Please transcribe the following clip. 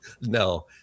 No